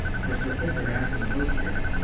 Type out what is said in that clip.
for sir clifford adds in a postscript,